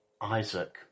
Isaac